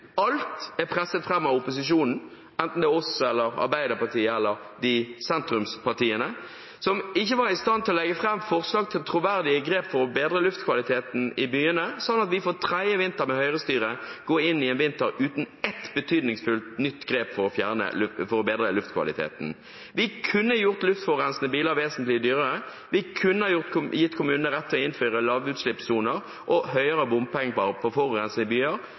alt er presset fram av opposisjonen, enten av oss, av Arbeiderpartiet eller av sentrumspartiene – og som ikke har vært i stand til å legge fram forslag til troverdige grep for å bedre luftkvaliteten i byene, slik at vi for tredje vinter med Høyre-styre går inn i en vinter uten ett betydningsfullt nytt grep for å bedre luftkvaliteten. Vi kunne gjort luftforurensende biler vesentlig dyrere, vi kunne gitt kommunene rett til å innføre lavutslippssoner og høyere bompenger på